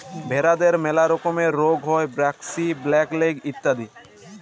ভেরাদের ম্যালা রকমের রুগ হ্যয় ব্র্যাক্সি, ব্ল্যাক লেগ ইত্যাদি